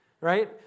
right